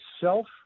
self